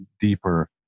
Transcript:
deeper